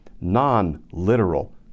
non-literal